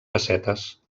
pessetes